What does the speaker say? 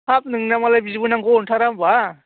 हाब नोंना मालाय बिबोनांखौ अनथारा होनबा